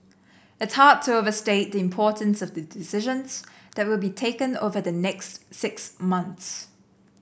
it's hard to overstate the importance of the decisions that will be taken over the next six months